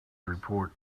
report